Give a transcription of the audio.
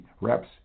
reps